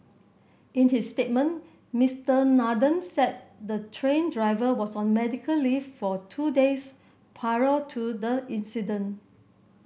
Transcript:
in his statement Mister Nathan said the train driver was on medical leave for two days prior to the incident